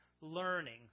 learning